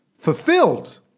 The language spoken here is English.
Fulfilled